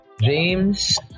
James